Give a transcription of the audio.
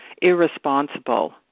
irresponsible